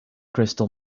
crystal